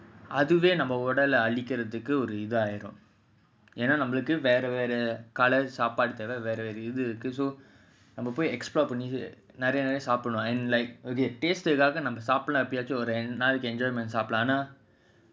அதுவேநம்மஉடலஅழிக்குறதுக்குஒருஇதாகிடும்எனாநம்மளுக்குவேறவேறகாலைசாப்பாடுதேவவேறவேறஇது:adhuve namma udala alikurathuku oru idhagidum yena nammaluku vera vera kalai sapadu theva vera vera idhu so confirm extra பண்ணிநெறயநெறயசாப்பிடுவோம்:panni neraya neraya sapduvom